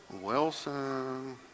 Wilson